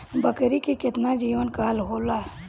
बकरी के केतना जीवन काल होला?